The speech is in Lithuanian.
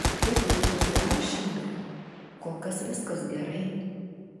kiek laidų įrašėme kol kas viskas gerai